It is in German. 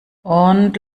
und